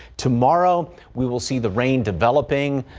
tomorrow we will see the rain developing.